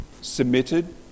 submitted